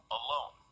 alone